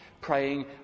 praying